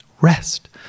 rest